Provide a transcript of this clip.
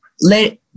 let